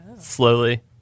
slowly